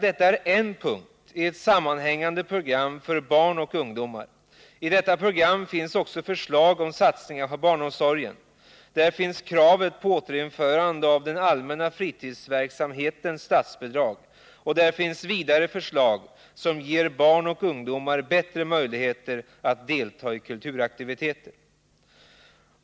Detta är en punkt i ett sammanhängande program för barn och ungdomar. I detta program finns också förslag om satsningar på barnomsorgen, där finns krav på återinförande av statsbidraget för den allmänna fritidsverksamheten och där finns förslag som ger barn och ungdomar bättre möjligheter att delta i kulturaktiviteter.